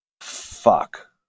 Fuck